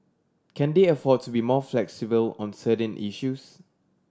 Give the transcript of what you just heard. can they afford to be more flexible on certain issues